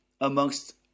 amongst